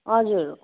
हजुर